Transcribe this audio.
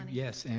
and yes, and